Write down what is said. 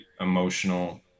emotional